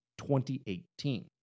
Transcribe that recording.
2018